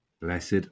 Blessed